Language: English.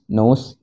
nose